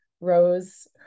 Rose